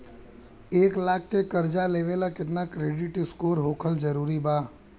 एक लाख के कर्जा लेवेला केतना क्रेडिट स्कोर होखल् जरूरी बा?